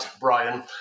Brian